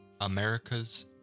America's